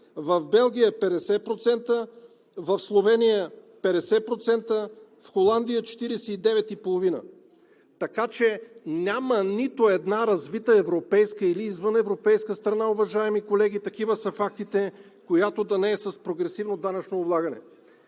в Белгия – 50%, в Словения – 50%, в Холандия – 49,5%. Така че няма нито една развита европейска или извъневропейска страна, уважаеми колеги, такива са фактите, която да не е с прогресивно данъчно облагане.